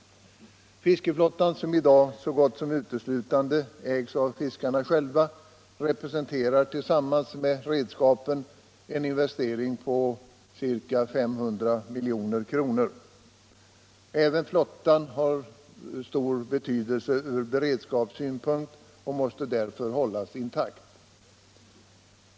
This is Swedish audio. Fiskeflottan, som i dag så gott som uteslutande ägs av fiskarna själva, representerar tillsammans med redskapen en investering på ca 500 milj.kr. Även flottan har stor betydelse från beredskapssynpunkt och måste därför hållas intakt.